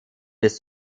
des